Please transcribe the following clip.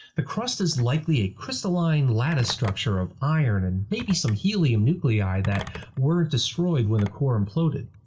the crust is likely a crystalline lattice structure of iron and maybe some helium nuclei that weren't destroyed when the core imploded.